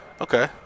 Okay